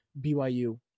BYU